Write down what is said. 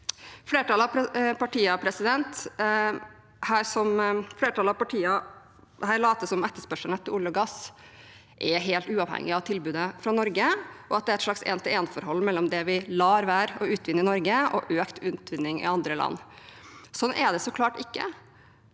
Flertallet av partiene later her som om etterspørselen etter olje og gass er helt uavhengig av tilbudet fra Norge, og at det er et slags en-til-en-forhold mellom det vi lar være å utvinne i Norge, og økt utvinning i andre land. Sånn er det så klart ikke.